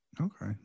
okay